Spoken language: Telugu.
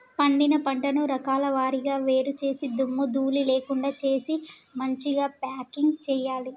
పండిన పంటను రకాల వారీగా వేరు చేసి దుమ్ము ధూళి లేకుండా చేసి మంచిగ ప్యాకింగ్ చేయాలి